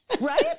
Right